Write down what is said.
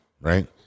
right